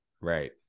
Right